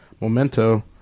Memento